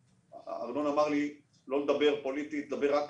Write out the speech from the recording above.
ארנון אמר לי לא לדבר פוליטית, לדבר רק